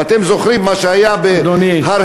ואתם זוכרים מה שהיה בהר-הרצל,